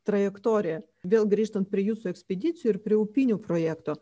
trajektoriją vėl grįžtant prie jūsų ekspedicijų ir prie upynių projekto